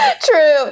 True